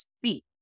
speak